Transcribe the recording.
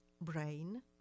brain